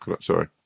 Sorry